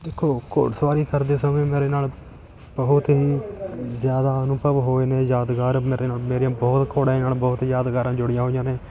ਦੇਖੋ ਘੋੜ ਸਵਾਰੀ ਕਰਦੇ ਸਮੇਂ ਮੇਰੇ ਨਾਲ਼ ਬਹੁਤ ਹੀ ਜ਼ਿਆਦਾ ਅਨੁਭਵ ਹੋਏ ਨੇ ਯਾਦਗਾਰ ਮੇਰੇ ਨਾਲ਼ ਮੇਰੀਆਂ ਬਹੁਤ ਘੋੜਿਆਂ ਨਾਲ਼ ਬਹੁਤ ਯਾਦਗਾਰਾਂ ਜੁੜੀਆਂ ਹੋਈਆਂ ਨੇ